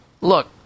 look